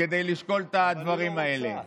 אבל אולי תחליטו.